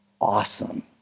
awesome